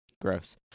gross